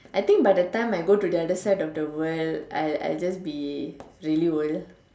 I think by the time I go to the other side of the world I I'll just be really worried